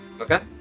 Okay